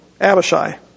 Abishai